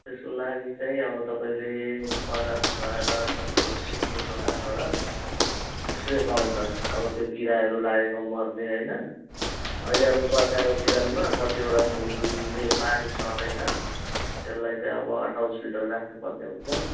त्यसको लागि चाहिँ अब तपाईँले बजारमा गएर जस्तो सिँहको दोकानबाट स्प्रे पाउँछ अब त्यो किराहरू लागेको मर्ने होइन अहिले अब बर्खाको सिजनमा कतिवटा फुलले पानी सहँदैन त्यसलाई चाहिँ अब हट हाउस भित्र राख्नु पर्ने हुन्छ